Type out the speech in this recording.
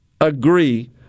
agree